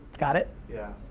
got it? yeah.